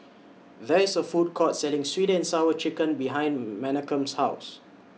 There IS A Food Court Selling Sweet and Sour Chicken behind Menachem's House